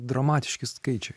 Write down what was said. dramatiški skaičiai